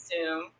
Zoom